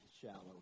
shallow